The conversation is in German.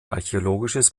archäologisches